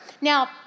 Now